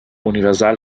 universal